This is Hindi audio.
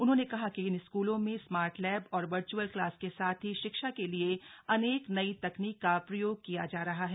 उन्होंने कहा कि इन स्कूलों में स्मार्ट लैब और वर्च्अल क्लास के साथ ही शिक्षा के लिए अनेक नई तकनीक का प्रयोग किया जा रहा है